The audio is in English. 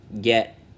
get